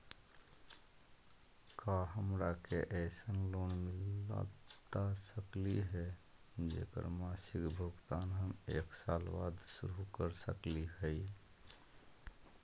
का हमरा के ऐसन लोन मिलता सकली है, जेकर मासिक भुगतान हम एक साल बाद शुरू कर सकली हई?